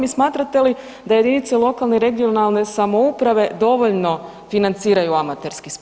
I smatrate li da jedinice lokalne i regionalne samouprave dovoljno financiraju amaterski sport?